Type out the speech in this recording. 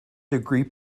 degree